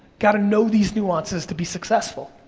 gotta know these nuances to be successful.